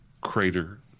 crater